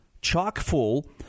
chock-full